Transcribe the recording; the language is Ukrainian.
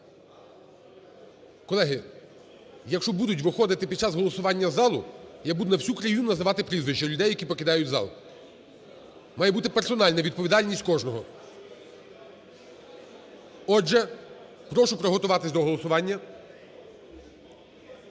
Колеги, якщо будуть виходити під час голосування з залу, я буду на всю країну називати прізвища людей, які покидають зал. Має бути персональна відповідальність кожного. Отже, прошу приготуватись до голосування.